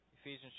Ephesians